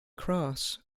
cross